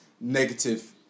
negative